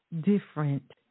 different